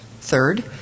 Third